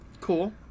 Cool